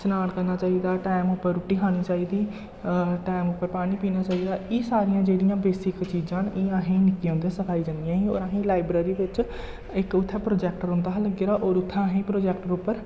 श्नान करना चाहिदा टाइम उप्पर रुट्टी खानी चाहिदी टैम उप्पर पानी पीना चाहिदा एह् सारियां जेह्ड़ियां बेसिक चीजां न एह् असें गी निक्के होंदे सखाई जंदियां हियां और असें गी लाइब्रेरी बिच्च इक उत्थै प्रोजैक्टर होंदा हा लग्गे दा और उत्थै असें गी प्रोजैक्टर उप्पर